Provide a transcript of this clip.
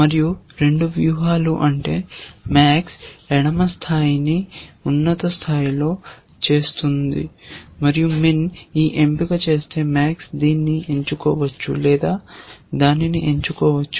మరియు 2 వ్యూహాలు అంటే MAX ఎడమ స్థాయిని ఉన్నత స్థాయిలో చేస్తుంది మరియు MIN ఈ ఎంపిక చేస్తే MAX దీన్ని ఎంచుకోవచ్చు లేదా దానిని ఎంచుకోవచ్చు